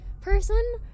person